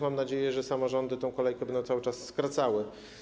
Mam nadzieję, że samorządy tę kolejkę będą cały czas skracały.